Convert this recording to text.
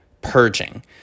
purging